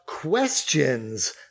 Questions